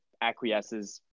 acquiesces